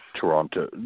Toronto